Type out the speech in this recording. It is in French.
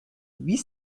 huit